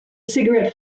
cigarette